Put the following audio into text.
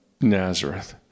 Nazareth